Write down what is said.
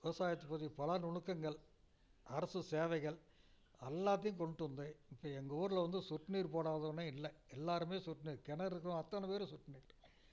விவசாயத்தை பற்றி பல நுணுக்கங்கள் அரசு சேவைகள் எல்லாத்தையும் கொண்டு வந்தேன் இப்போ எங்கள் ஊர்ல வந்து சொட்டு நீர் போடாதவனே இல்லை எல்லாருமே சொட்டு நீர் கிணறு இருக்கிறவ அத்தனை பேரும் சொட்டு நீர்